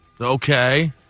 Okay